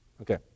Okay